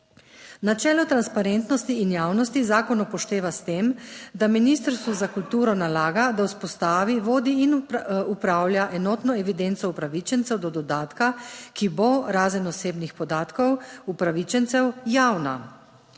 Načelo transparentnosti in javnosti zakon upošteva s tem, da Ministrstvu za kulturo nalaga, da vzpostavi, vodi in upravlja enotno evidenco upravičencev do dodatka, ki bo razen osebnih podatkov upravičencev javna.